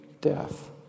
death